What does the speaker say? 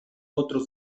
otros